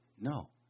No